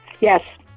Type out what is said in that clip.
yes